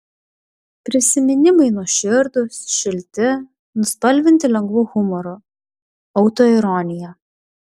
prisiminimai nuoširdūs šilti nuspalvinti lengvu humoru autoironija